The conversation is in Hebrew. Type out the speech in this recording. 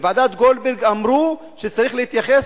בוועדת-גולדברג אמרו שצריך להתייחס